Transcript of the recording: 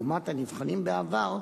לעומת הנבחנים בעבר,